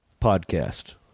podcast